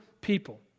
people